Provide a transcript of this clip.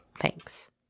Thanks